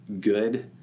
good